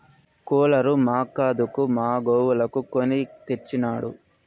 cooler మాక్కాదు మా గోవులకు కొని తెచ్చినాడు